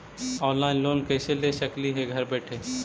Online loan कैसे ले सकली हे घर बैठे?